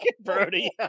Brody